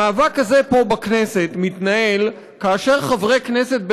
המאבק הזה מתנהל פה בכנסת כאשר חברי כנסת,